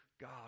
God